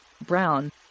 Brown